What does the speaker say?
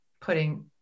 putting